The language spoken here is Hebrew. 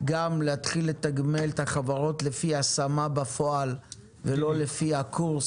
גם להתחיל לתגמל את החברות על פי השמה בפועל ולא לפי הקורס